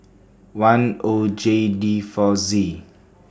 one O J D four Z